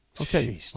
Okay